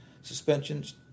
suspensions